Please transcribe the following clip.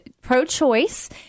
pro-choice